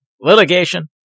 Litigation